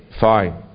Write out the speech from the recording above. Fine